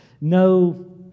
no